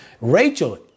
Rachel